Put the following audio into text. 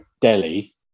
Delhi